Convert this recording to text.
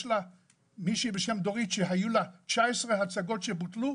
מישהי בשם דורית שיש לה 19 הצגות שבוטלו,